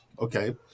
okay